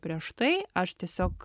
prieš tai aš tiesiog